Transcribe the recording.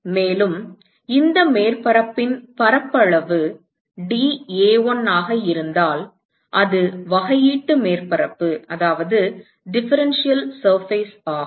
மேலும் இந்த மேற்பரப்பின் பரப்பளவு dA1 ஆக இருந்தால் அது வகையீட்டு மேற்பரப்பு ஆகும்